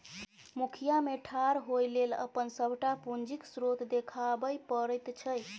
मुखिया मे ठाढ़ होए लेल अपन सभटा पूंजीक स्रोत देखाबै पड़ैत छै